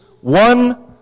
one